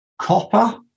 Copper